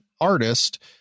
artist